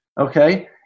Okay